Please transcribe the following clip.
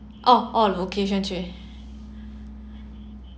oh location change